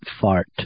fart